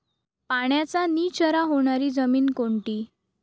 पाण्याचा निचरा होणारी जमीन कोणती?